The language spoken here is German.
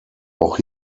auch